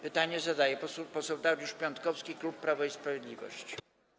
Pytanie zadaje poseł Dariusz Piontkowski, klub Prawo i Sprawiedliwość.